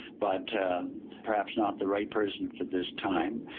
but perhaps not the right person for this time.